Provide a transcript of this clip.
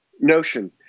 Notion